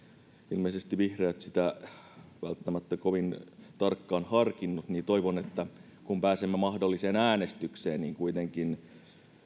ilmeisesti vihreät sitä välttämättä kovin tarkkaan harkinnut niin toivon että kun pääsemme mahdolliseen äänestykseen niin kuitenkin